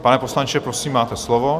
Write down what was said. Pane poslanče, prosím, máte slovo.